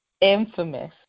infamous